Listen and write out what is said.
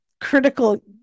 critical